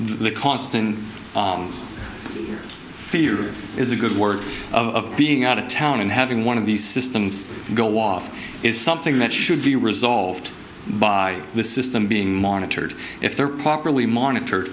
the constant fear is a good word of being out of town and having one of these systems go off is something that should be resolved by the system being monitored if they're properly monitored